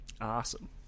Awesome